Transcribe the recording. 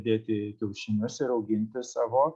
dėti kiaušinius ir auginti savo